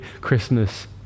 Christmas